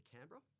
Canberra